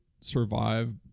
survive